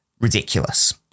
ridiculous